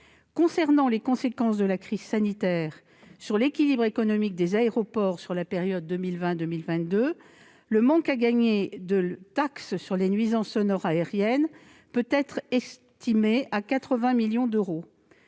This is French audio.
viens aux conséquences de la crise sanitaire sur l'équilibre économique des aéroports au cours de la période 2020-2022. Le manque à gagner de taxes sur les nuisances sonores aériennes peut être estimé à 80 millions d'euros.